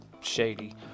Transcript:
shady